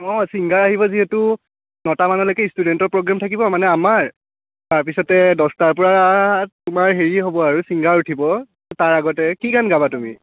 অ' singer আহিব যিহেতু নটা মানলৈকে ষ্টুডেণ্টৰ প্ৰগ্ৰেম থাকিব মানে আমাৰ তাৰপিছতে দহটাৰ পৰা তোমাৰ হেৰি হ'ব আৰু ছিংগাৰ উঠিব তাৰ আগতে কি গান গাবা তুমি